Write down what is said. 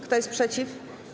Kto jest przeciw?